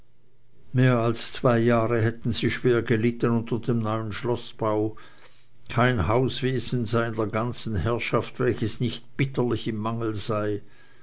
mehr als zwei jahre hätten sie schwer gelitten unter dem neuen schloßbau kein hauswesen sei in der ganzen herrschaft welches nicht bitterlich im mangel sei